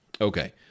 Okay